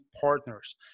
partners